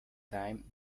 time